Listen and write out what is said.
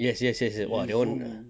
yes yes yes !wah! that one